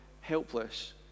helpless